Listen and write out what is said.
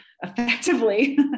effectively